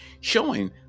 showing